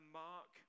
mark